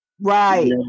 Right